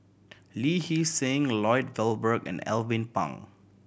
Lee Hee Seng Lloyd Valberg and Alvin Pang